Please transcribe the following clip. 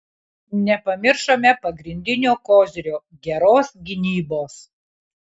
nepamiršome pagrindinio kozirio geros gynybos